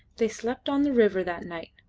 they slept on the river that night,